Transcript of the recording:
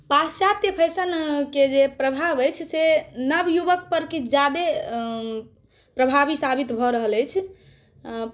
पाश्चात्य फैशनके जे प्रभाव अछि से नवयुवक पर किछु जादे प्रभावी साबित भऽ रहल अछि